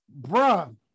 Bruh